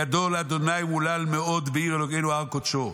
גדול ה' ומהלל מאד בעיר אלהינו הר קדשו.